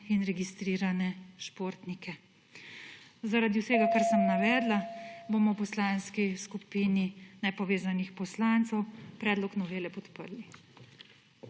in registrirne športnike. Zaradi vsega kar sem navedla bomo v poslanski skupin Nepovezanih poslancev predlog novele podprli.